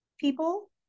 people